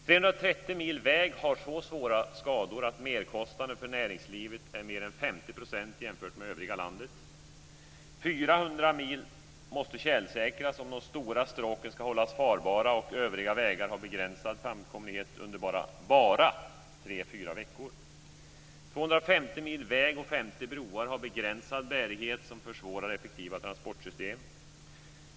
330 mil väg har så svåra skador att merkostnaden för näringslivet är mer än 50 % jämfört med övriga landet. 400 mil måste tjälsäkras om de stora stråken ska hållas farbara och övriga vägar ha begränsad framkomlighet under bara tre fyra veckor. 250 mil väg och 50 broar har begränsad bärighet som försvårar effektiva transportsystem.